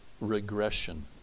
regression